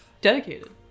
Dedicated